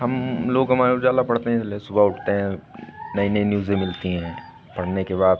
हम लोग अमर उजाला पढ़ते हैं ले सुबह उठते हैं नई नई न्यूज़ें मिलती हैं पढ़ने के बाद